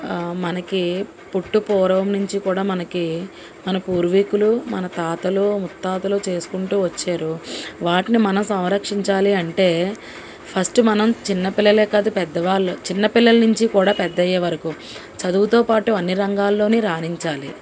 మనకి పుట్టు పూర్వం నుంచి కూడా మనకి మన పూర్వీకులు మన తాతలు ముత్తాతలు చేసుకుంటూ వచ్చారు వాటిని మనం సంరక్షించాలి అంటే ఫస్ట్ మనం చిన్నపిల్లలే కాదు పెద్దవాళ్ళు చిన్నపిల్లల నుంచి కూడా పెద్దయ్యే వరకు చదువుతోపాటు అన్ని రంగాల్లోని రాణించాలి